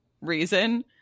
reason